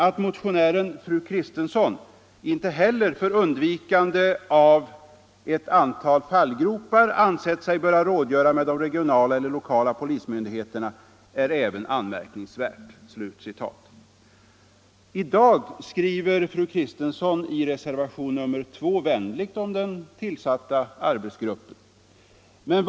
Att motionären fru Kristensson —--- inte heller, för undvikande av ett antal fallgropar, ansett sig böra rådgöra med de regionala eller lokala polismyndigheterna är även anmärkningsvärt.” I dag skriver fru Kristensson i reservationen 2 vänligt om den tillsatta arbetsgruppen.